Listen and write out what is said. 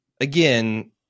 again